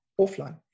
offline